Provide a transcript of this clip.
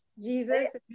Jesus